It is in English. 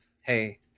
hey